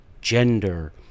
gender